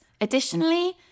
Additionally